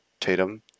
Tatum